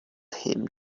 him